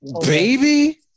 baby